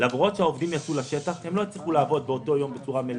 למרות שהעובדים יצאו לשטח הם לא הצליחו לעבוד באותו יום בצורה מלאה.